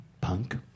punk